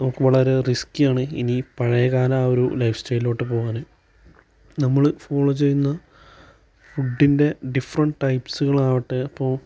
നമുക്ക് വളരെ റിസ്ക്കി ആണ് ഇനി ഈ പഴയകാല ഒരു ലൈഫ് സ്റ്റൈലിലൊട്ടു പോകാന് നമ്മള് ഫോളോ ചെയ്യുന്ന ഫുഡിൻ്റെ ഡിഫറെൻറ്റ് ടൈപ്പ്സുകളാവട്ടെ അപ്പോൾ